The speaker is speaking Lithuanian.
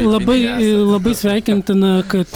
labai labai sveikintina kad